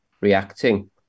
reacting